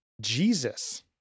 Jesus